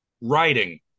writing